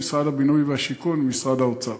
במשרד הבינוי והשיכון ובמשרד האוצר.